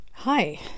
Hi